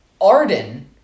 Arden